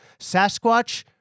Sasquatch